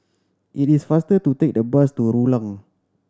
it is faster to take the bus to Rulang